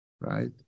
right